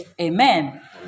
Amen